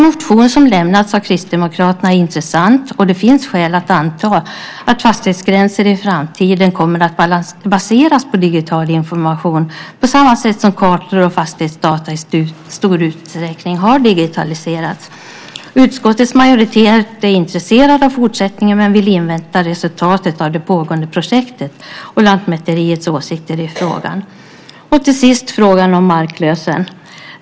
Motionen från Kristdemokraterna är intressant, och det finns skäl att anta att fastighetsgränser i framtiden kommer att baseras på digital information på samma sätt som kartor och fastighetsdata i stor utsträckning har digitaliserats. Utskottets majoritet är intresserad av fortsättningen men vill invänta resultatet av det pågående projektet och Lantmäteriets åsikter i frågan. Till sist frågan om marklösen.